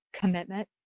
commitment